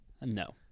No